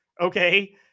Okay